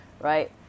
right